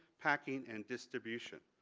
packing and distribution.